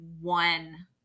one